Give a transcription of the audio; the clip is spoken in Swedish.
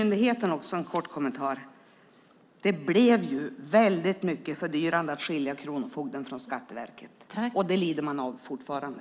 Jag har också en kort kommentar om Kronofogdemyndigheten. Det blev väldigt mycket dyrare att skilja kronofogden från Skatteverket, och det lider man av fortfarande.